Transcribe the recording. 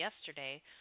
yesterday